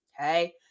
Okay